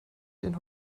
den